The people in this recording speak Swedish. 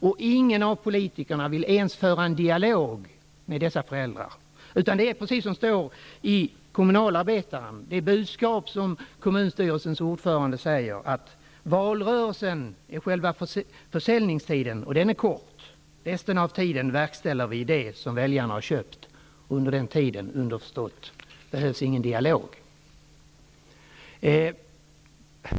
Och ingen av politikerna vill ens föra en dialog med dessa föräldrar, utan det är precis som det står i Kommunalarbetaren -- det budskap som kommunstyrelsens ordförande har är att valrörelsen är själva försäljningstiden, och den är kort; resten av tiden verkställer vi det som väljarna har köpt. Underförstått: Under den tiden behövs ingen dialog.